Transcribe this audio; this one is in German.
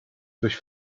durch